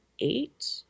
eight